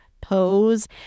pose